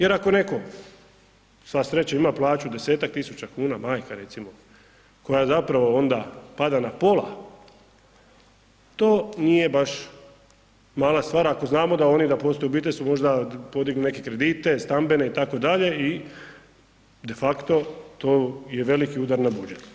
Jer ako netko, sva sreća ima plaću 10-tak tisuća kuna, majka recimo koja zapravo onda pada na pola, to nije baš mala stvar ako znamo da oni da postoji obitelj su možda podigli neke kredite stambene itd. i de facto to je veliki udar na budžet.